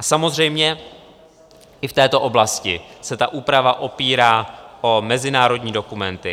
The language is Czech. Samozřejmě i v této oblasti se ta úprava opírá o mezinárodní dokumenty.